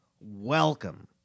welcome